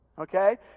Okay